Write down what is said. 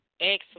Excellent